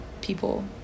people